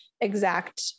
exact